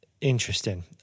Interesting